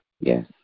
yes